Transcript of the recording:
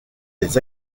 des